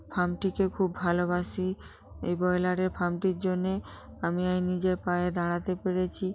ফার্মটিকে খুব ভালোবাসি এই ব্রয়লারের ফার্মটির জন্যে আমি এই নিজের পায়ে দাঁড়াতে পেরেছি